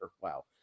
wow